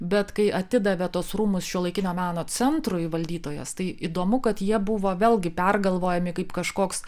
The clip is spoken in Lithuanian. bet kai atidavė tuos rūmus šiuolaikinio meno centro valdytojas tai įdomu kad jie buvo vėlgi pergalvojami kaip kažkoks